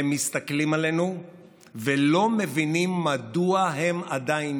והם מסתכלים עלינו ולא מבינים מדוע הם עדיין